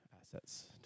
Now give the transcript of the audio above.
assets